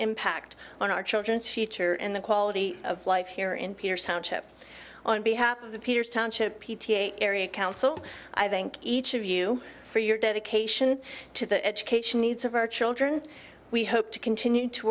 impact on our children's future and the quality of life here in pierce township on behalf of the peters township p t a area council i think each of you for your dedication to the education needs of our children we hope to continue to